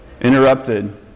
interrupted